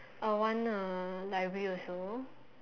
I'll want a library also